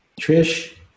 Trish